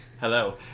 Hello